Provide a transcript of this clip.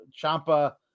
Champa